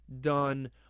done